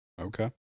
Okay